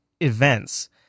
events